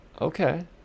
Okay